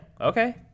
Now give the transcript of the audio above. Okay